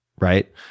Right